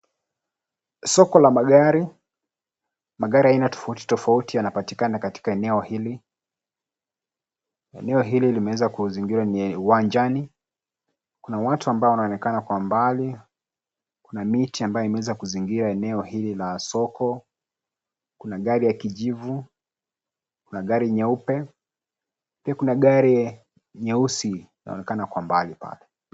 Soko la magari. Magari aina tofauti tofauti yanapatikana katika eneo hili. Eneo hili limeweza kuzingirwa inje. Uwanjani kuna watu wanaonekana kwa mbali. Kuna miti ambayo imeweza kuzingira eneo hili la soko. Kuna gari ya kijivu, kuna gari nyeupe, pia kuna gari nyeusi inaonekana kwa mbali pale,